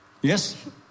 Yes